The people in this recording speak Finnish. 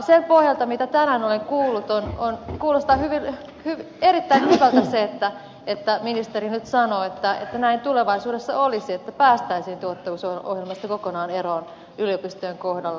sen pohjalta mitä tänään olen kuullut kuulostaa erittäin hyvältä se että ministeri nyt sanoo että näin tulevaisuudessa olisi että päästäisiin tuottavuusohjelmasta kokonaan eroon yliopistojen kohdalla